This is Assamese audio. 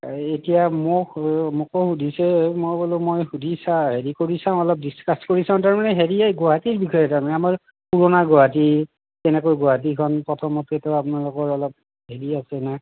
এই এতিয়া মোক মোকো সুধিছে মই বোলো মই সুধি চাই হেৰি কৰি চাওঁ অলপ ডিছকাচ কৰি চাওঁ তাৰমানে হেৰি এই গুৱাহাটীৰ বিষয়ে তাৰমানে আমাৰ পুৰণা গুৱাহাটী কেনেকৈ গুৱাহাটীখন প্ৰথমতেতো আপোনালোকৰ অলপ হেৰি আছে না